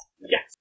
Yes